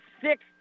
six